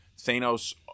Thanos-